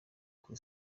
kuri